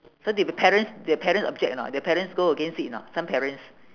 so did the parents the parents object or not the parents go against it or not some parents